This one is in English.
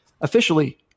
officially